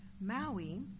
Maui